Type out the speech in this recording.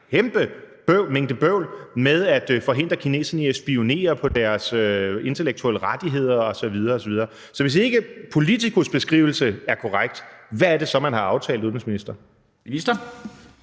kæmpe mængde bøvl med at forhindre kineserne i at spionere i forhold til deres intellektuelle rettigheder osv. osv.? Så hvis ikke Politicus' beskrivelse er korrekt, hvad er det så, man har aftalt, udenrigsminister?